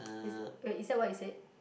is wait is that what you said